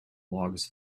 logs